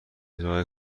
راه